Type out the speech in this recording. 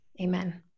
Amen